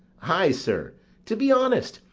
ay, sir to be honest,